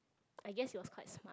I guess it was quite smart